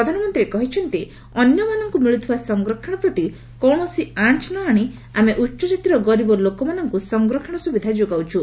ପ୍ରଧାନମନ୍ତ୍ରୀ କହିଛନ୍ତି ଅନ୍ୟମାନଙ୍କୁ ମିଳୁଥିବା ସଂରକ୍ଷଣ ପ୍ରତି କୌଣସି ଆଞ୍ଚ ନ ଆଣି ଆମେ ଉଚ୍ଚକାତିର ଗରିବ ଲୋକମାନଙ୍କୁ ସଂରକ୍ଷଣ ସୁବିଧା ଯୋଗାଉଛୁ